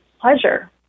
pleasure